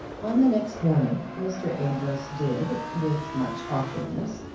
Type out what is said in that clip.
on the next morning mr. amedroz did, with much awkwardness,